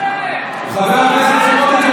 חבר הכנסת סמוטריץ',